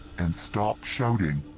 and stop shouting!